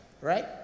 right